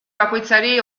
bakoitzari